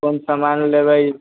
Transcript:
कोन सामान लेबै